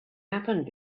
happened